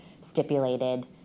stipulated